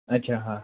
अच्छा हाँ